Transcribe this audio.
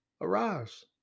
arise